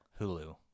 Hulu